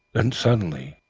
then suddenly,